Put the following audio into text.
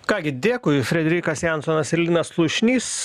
ką gi dėkui fredrikas jansonas ir linas slušnys